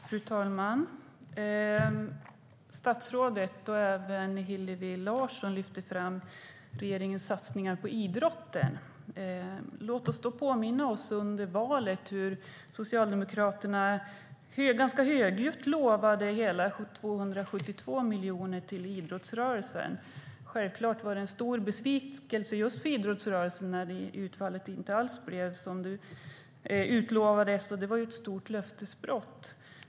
Fru talman! Statsrådet och även Hillevi Larsson lyfte fram regeringens satsningar på idrotten. Låt mig då påminna om hur Socialdemokraterna under valrörelsen ganska högljutt lovade hela 272 miljoner till idrottsrörelsen. Självklart var det en stor besvikelse just för idrottsrörelsen när utfallet inte alls blev som det hade utlovats. Det var ett stort löftesbrott.